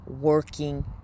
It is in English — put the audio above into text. working